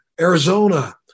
Arizona